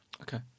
Okay